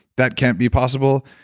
that can't be possible.